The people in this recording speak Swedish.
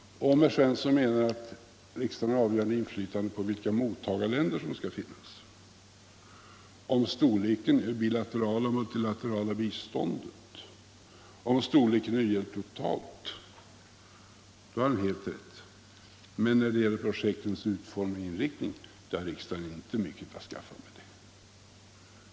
Om herr Svensson i Eskilstuna menar att riksdagen har avgörande inflytande på vilka mottagarländer som skall finnas, på storleken av det bilaterala och multilaterala biståndet, på storleken totalt, då har han helt rätt. Men med projektens utformning och inriktning har riksdagen inte mycket att skaffa.